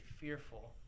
fearful